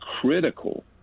critical